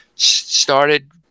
started